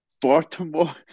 Baltimore